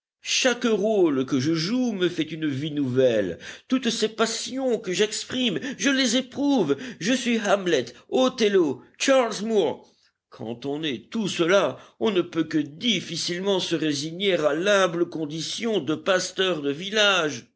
chaque rôle que je joue me fait une vie nouvelle toutes ces passions que j'exprime je les éprouve je suis hamlet othello charles moor quand on est tout cela on ne peut que difficilement se résigner à l'humble condition de pasteur de village